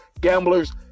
Gamblers